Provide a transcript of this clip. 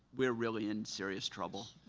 we are really in serious trouble.